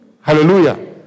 Hallelujah